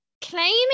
Claiming